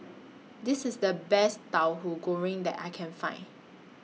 This IS The Best Tahu Goreng that I Can Find